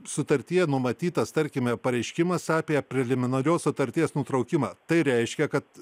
sutartyje numatytas tarkime pareiškimas apie preliminarios sutarties nutraukimą tai reiškia kad